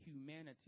humanity